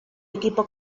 equipo